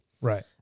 Right